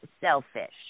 selfish